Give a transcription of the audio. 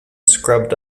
scrubbed